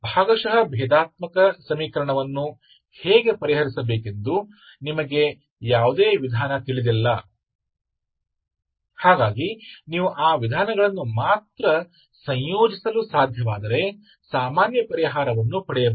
ಭಾಗಶಃ ಭೇದಾತ್ಮಕ ಸಮೀಕರಣವನ್ನು ಹೇಗೆ ಪರಿಹರಿಸಬೇಕೆಂದು ನಿಮಗೆ ಯಾವುದೇ ವಿಧಾನ ತಿಳಿದಿಲ್ಲ ಹಾಗಾಗಿ ನೀವು ಆ ವಿಧಾನಗಳನ್ನು ಮಾತ್ರ ಸಂಯೋಜಿಸಲು ಸಾಧ್ಯವಾದರೆ ಸಾಮಾನ್ಯ ಪರಿಹಾರವನ್ನು ಪಡೆಯಬಹುದು